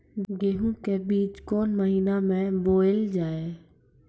गेहूँ के बीच कोन महीन मे बोएल जाए?